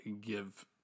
give